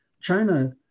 China